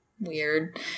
Weird